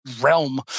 realm